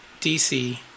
DC